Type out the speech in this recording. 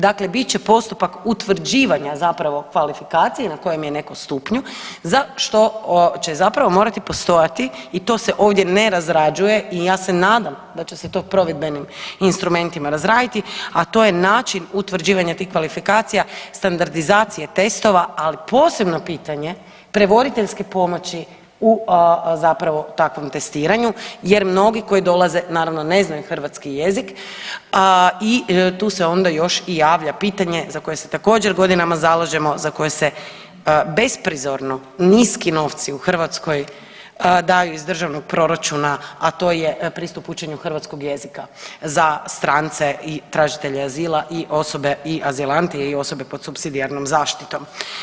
Dakle, bit će postupak utvrđivanja zapravo kvalifikacije na kojem je netko stupnju za što će zapravo morati postojati i to se ovdje ne razrađuje i ja se nadam da će se to provedbenim instrumentima razraditi, a to je način utvrđivanja tih kvalifikacija, standardizacije testova, ali posebno pitanje prevoditeljske pomoći u zapravo takvom testiranju jer mnogi koji dolaze naravno ne znaju hrvatski jezik i tu se onda još i javlja pitanje za koje se također godinama zalažemo, za koje se besprizorno niski novci u Hrvatskoj daju iz državnog proračuna, a to je pristup učenju hrvatskog jezika za strance i tražitelje azila i osobe i azilante i osobe po supsidijarnom zaštitom.